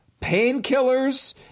painkillers